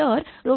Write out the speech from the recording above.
तर V149